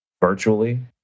virtually